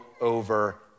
over